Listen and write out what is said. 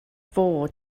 fod